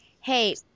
Hey